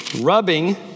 rubbing